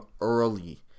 early